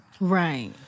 Right